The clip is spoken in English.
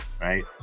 right